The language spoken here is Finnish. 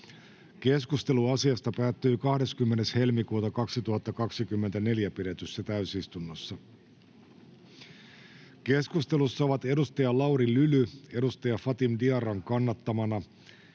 Keskustelu asiasta päättyi 20.2.2024 pidetyssä täysistunnossa. Keskustelussa ovat Lauri Lyly Fatim Diarran kannattamana